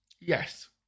Yes